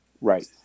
Right